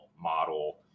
model